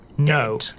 No